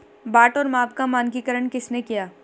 बाट और माप का मानकीकरण किसने किया?